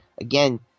Again